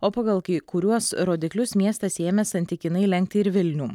o pagal kai kuriuos rodiklius miestas ėmė santykinai lenkti ir vilnių